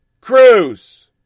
Cruz